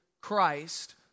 Christ